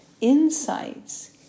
insights